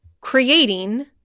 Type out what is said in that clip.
creating